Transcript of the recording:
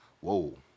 Whoa